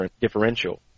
differential